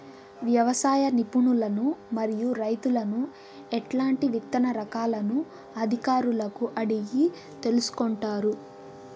వ్యవసాయ నిపుణులను మరియు రైతులను ఎట్లాంటి విత్తన రకాలను అధికారులను అడిగి తెలుసుకొంటారు?